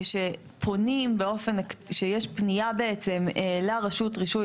שפונים באופן שיש פנייה בעצם לרשות רישוי